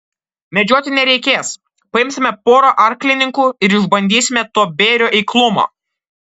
medžioti nereikės paimsime porą arklininkų ir išbandysime to bėrio eiklumą